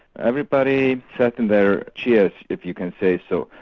everybody sat in their chairs if you can say so,